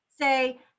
say